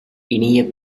இனிய